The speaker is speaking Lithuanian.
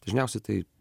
dažniausiai taip